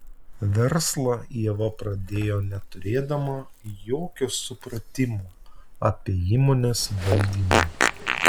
verslą ieva pradėjo neturėdama jokio supratimo apie įmonės valdymą